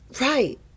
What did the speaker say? Right